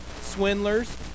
swindlers